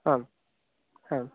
आं हा